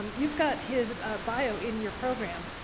you've got his bio in your program.